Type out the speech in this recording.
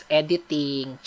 editing